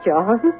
John